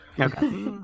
Okay